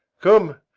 come,